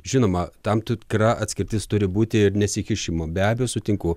žinoma tam tikra atskirtis turi būti ir nesikišimo be abejo sutinku